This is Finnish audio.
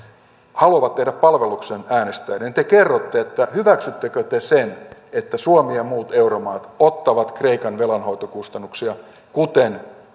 haluavat tehdä palveluksen äänestäjille te kerrotte hyväksyttekö te sen että suomi ja muut euromaat ottavat kreikan velanhoitokustannuksia kuten